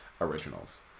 originals